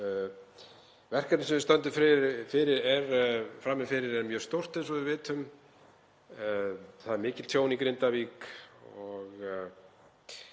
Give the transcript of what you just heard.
Verkefnið sem við stöndum frammi fyrir er mjög stórt eins og við vitum. Það er mikið tjón í Grindavík en